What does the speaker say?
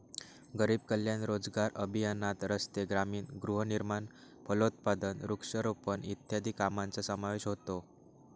गरीब कल्याण रोजगार अभियानात रस्ते, ग्रामीण गृहनिर्माण, फलोत्पादन, वृक्षारोपण इत्यादी कामांचा समावेश होतो